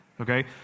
Okay